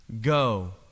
go